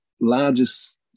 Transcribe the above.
largest